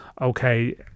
okay